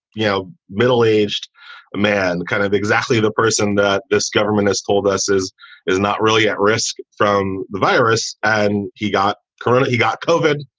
you know, middle aged man and the kind of exactly the person that this government has told us is is not really at risk from the virus. and he got corona, he got covered.